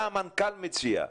מה המנכ"ל מציע,